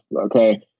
okay